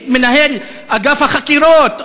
את מנהל אגף החקירות,